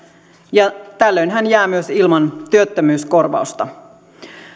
ja tällöin hän jää myös ilman työttömyyskorvausta